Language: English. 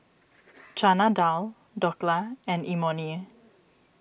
Chana Dal Dhokla and Imoni